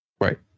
Right